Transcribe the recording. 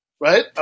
right